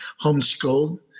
homeschooled